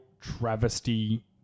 travesty